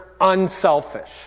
unselfish